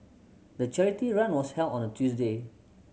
the charity run was held on a Tuesday